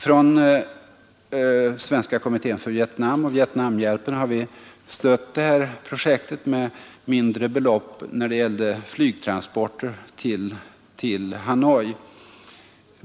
Från Svenska kommittén för Vietnam och Vietnamhjälpen har vi stött detta projekt med mindre belopp till flygtransporter till Hanoi.